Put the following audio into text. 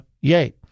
Yay